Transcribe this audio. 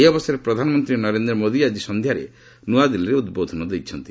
ଏହି ଅବସରରେ ପ୍ରଧାନମନ୍ତ୍ରୀ ନରେନ୍ଦ୍ର ମୋଦି ଆଜି ସନ୍ଧ୍ୟାରେ ନୂଆଦିଲ୍ଲୀରେ ଉଦ୍ବୋଧନ ଦେବେ